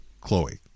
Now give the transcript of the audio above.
Chloe